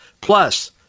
plus